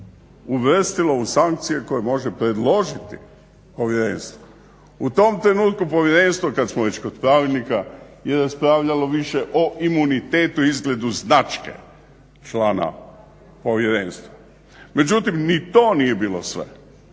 uvrstilo u sankcije koje može predložiti povjerenstvo. U tom trenutku povjerenstvo kad smo već kod pravnika je raspravljalo više o imunitetu, izgledu značke člana povjerenstva. Međutim ni to nije bilo sve.